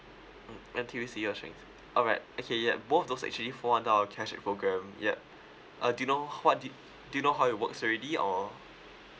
mm N_T_U_C or sheng alright okay ya both of those actually fall under our cashback program yup uh do you know what did do you know how it works already or